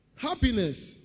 happiness